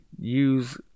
use